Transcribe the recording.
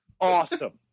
Awesome